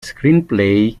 screenplay